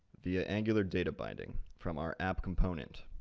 via angular data binding, from our app component.